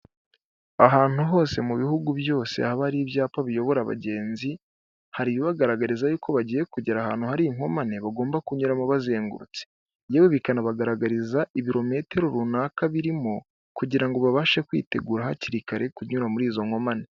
Ahantu hose mu bihugu byose haba hari ibyapa biyobora abagenzi hari ibi ubagaragariza y'uko bagiye kugera ahantu hari inkomane bagomba kunyuramo bazengurutse, yewe bikanabagaragariza ibirometero runaka birimo kugira ngo babashe kwitegura hakiri kare kunyura muri izo nkomane.